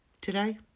today